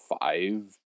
five